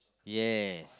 yes